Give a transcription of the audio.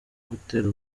gutera